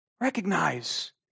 recognize